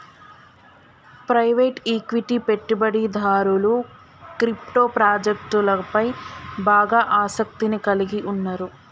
private equity పెట్టుబడిదారులు crypto ప్రాజెక్టులపై బాగా ఆసక్తిని కలిగి ఉన్నరు